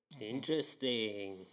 Interesting